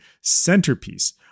centerpiece